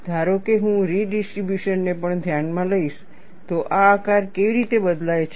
ધારો કે હું રિડિસ્ટ્રિબ્યુશન ને પણ ધ્યાનમાં લઈશ તો આ આકાર કેવી રીતે બદલાય છે